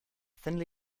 thinly